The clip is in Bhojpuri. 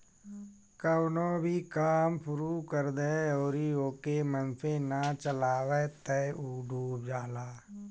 कवनो भी काम शुरू कर दअ अउरी ओके मन से ना चलावअ तअ उ डूब जाला